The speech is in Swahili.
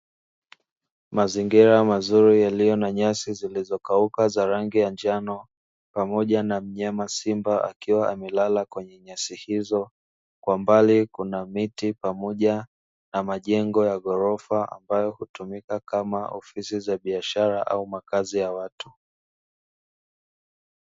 Mazingira mazuri yaliyo na nyasi zilizokauka za rangi ya njano pamoja na mnyama simba akiwa amelala kwenye nyasi hizo, kwa mbali kuna miti pamoja na majengo ya ghorofa ambayo hutumika kama ofisi za biashara au makazi ya watu.